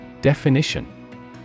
Definition